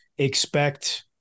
Expect